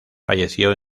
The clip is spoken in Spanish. falleció